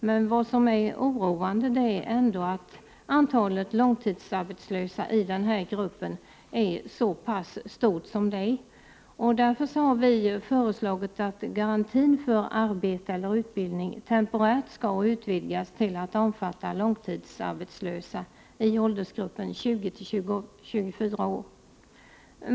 Men vad som är oroande är att antalet långtidsarbetslösaiden här gruppen är så stort som det är. Vi har därför föreslagit att garantin för arbete eller utbildning temporärt skall utvidgas till att omfatta långtidsarbetslösa i åldersgruppen 20—24 år.